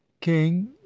king